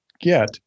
get